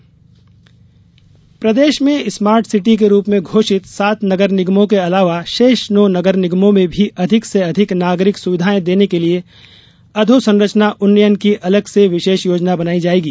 मुख्यमंत्री निर्देश प्रदेश में स्मार्ट सिटी के रूप में घोषित सात नगर निगमों के अलावा शेष नौ नगर निगमों में भी अधिक से अधिक नागरिक सुविधाएँ देने के लिए अधोसंरचना उन्नयन की अलग से विशेष योजना बनाई जायेगी